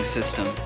System